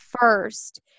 first